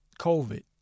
COVID